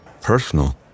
Personal